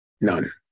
none